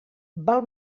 val